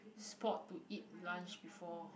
spot to eat lunch before